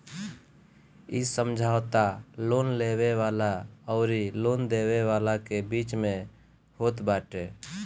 इ समझौता लोन लेवे वाला अउरी लोन देवे वाला के बीच में होत बाटे